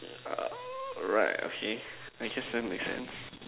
uh right okay I guess that makes sense